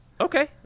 Okay